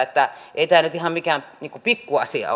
että ei tämä nyt ihan mikään pikkuasia